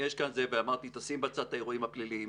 ואמרתי, תשים בצד את האירועים הפליליים.